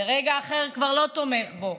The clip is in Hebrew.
ורגע אחר כך כבר לא תומך בו,